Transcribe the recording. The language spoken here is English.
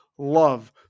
Love